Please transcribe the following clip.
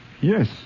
yes